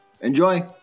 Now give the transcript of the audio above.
Enjoy